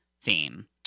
theme